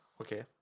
Okay